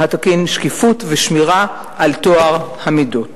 שקיפות ושמירה על טוהר המידות.